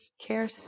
care